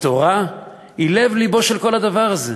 התורה היא לב-לבו של כל הדבר הזה,